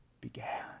began